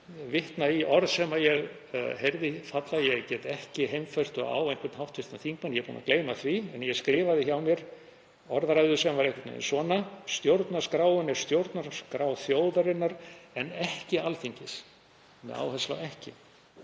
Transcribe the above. vitna í orð sem ég heyrði falla. Ég get ekki heimfært þau á einhvern hv. þingmann, ég er búinn að gleyma því, en ég skrifaði hjá mér orðræðu sem var einhvern veginn svona: Stjórnarskráin er stjórnarskrá þjóðarinnar en ekki Alþingis, með áherslu á ekki.